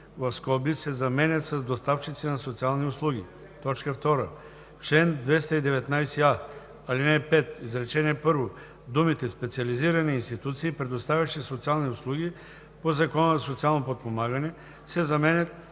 бр. …)“ се заменят с „доставчици на социални услуги“, 2. В чл. 219а, ал. 5, изречение първо думите „специализирани институции, предоставящи социални услуги по Закона за социално подпомагане“ се заменят